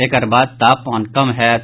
एकर बाद तापमान कम होयत